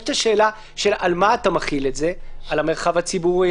יש שאלה על מה אתה מחיל את זה על המרחב הציבורי,